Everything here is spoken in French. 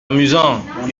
amusant